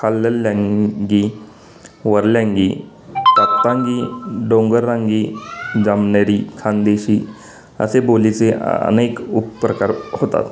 खाल्लँगी वरलँगी तात्तांगी डोंगररांगी जमनेरी खानदेशी असे बोलीचे अनेक उपप्रकार होतात